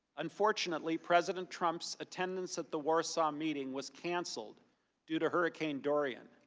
unfortunately, president trump's attendance at the warsaw meeting was canceled do to hurricane dorian.